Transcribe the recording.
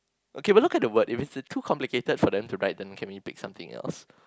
okay but look at the word if is too complicated for them to write then can we pick something else